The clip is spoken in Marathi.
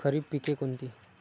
खरीप पिके कोणती?